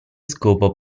scopo